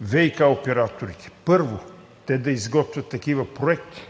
ВиК операторите: първо – да изготвят такива проекти,